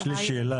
עשרה ילדים.